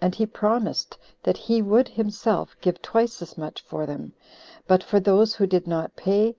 and he promised that he would himself give twice as much for them but for those who did not pay,